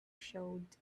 showed